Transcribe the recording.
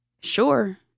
Sure